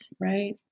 right